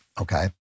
Okay